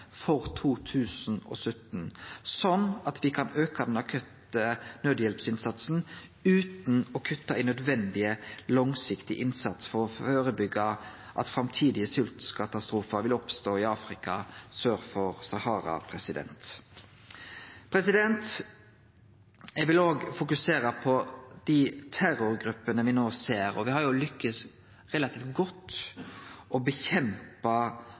for 2017, slik at me kan auke den akutte nødhjelpsinnsatsen utan å kutte i den nødvendige, langsiktige innsatsen for å førebyggje at framtidige sveltkatastrofar vil oppstå i Afrika sør for Sahara. Eg vil òg fokusere på dei terrorgruppene me no ser. Me har jo lykkast relativt godt med å